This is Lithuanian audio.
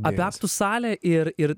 apie aktų salę ir ir